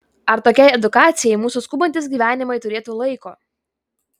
ar tokiai edukacijai mūsų skubantys gyvenimai turėtų laiko